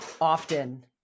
often